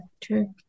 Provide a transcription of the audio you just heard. True